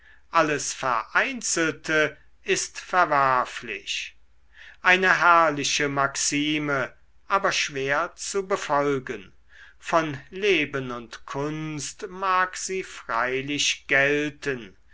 alles vereinzelte ist verwerflich eine herrliche maxime aber schwer zu befolgen von leben und kunst mag sie freilich gelten